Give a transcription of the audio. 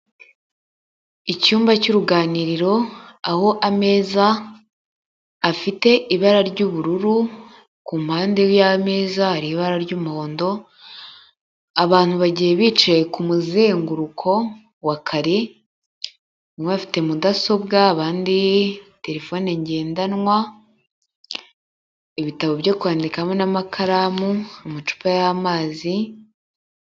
Icyumba cy'uruganiriro aho ameza afite ibara ry'ubururu, ku mpande y'ameza hari ibara ry'umuhondo, abantu bagiye bicaye ku muzenguruko wa kare, bamwe bafite mudasobwa, abandi terefone ngendanwa, ibitabo byo kwandikamo n'amakaramu, amacupa y'amazi.